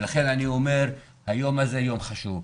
לכן אני אומר היום הזה יום חשוב.